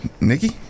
Nikki